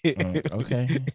Okay